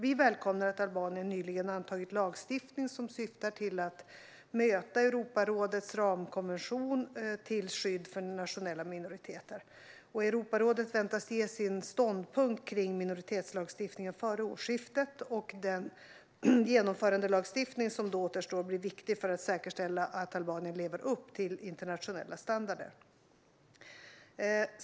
Vi välkomnar att Albanien nyligen antagit lagstiftning som syftar till att möta Europarådets ramkonvention om skydd för nationella minoriteter. Europarådet väntas ge sin ståndpunkt kring minoritetslagstiftningen före årsskiftet, och den genomförandelagstiftning som nu återstår blir viktig för att säkerställa att Albanien lever upp till internationella standarder.